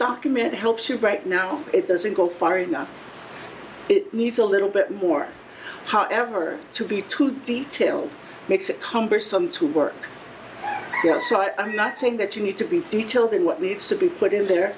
document helps you right now it doesn't go far enough it needs a little bit more however to be too detailed makes it cumbersome to work out so i am not saying that you need to be detailed in what needs to be put in there